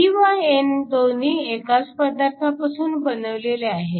p व n दोन्ही एकाच पदार्थापासून बनवलेले आहेत